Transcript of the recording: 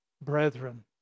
brethren